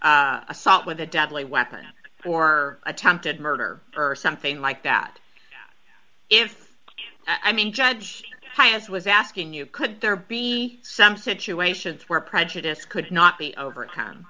assault with a deadly weapon or attempted murder or something like that if i mean judge has was asking you could there be some situations where prejudice could not be